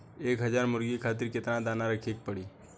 एक हज़ार मुर्गी खातिर केतना दाना रखे के पड़ी?